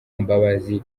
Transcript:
mbabazi